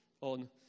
on